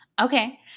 Okay